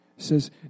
says